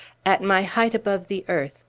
at my height above the earth,